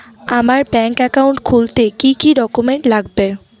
আমার bank account খুলতে কি কি ডকুমেন্ট লাগবে?